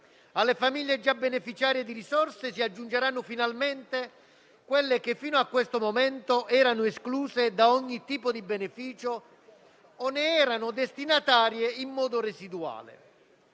Alle famiglie già beneficiarie di risorse si aggiungeranno finalmente quelle che, fino a questo momento, erano escluse da ogni tipo di beneficio o ne erano destinatarie in modo residuale,